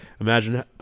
imagine